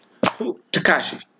Takashi